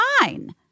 fine